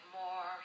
more